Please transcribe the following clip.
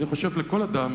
אני חושב שלכל אדם